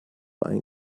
ein